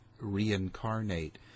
reincarnate